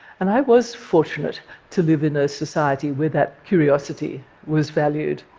and i was fortunate to live in a society where that curiosity was valued.